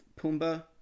Pumbaa